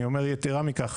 יתרה מכך,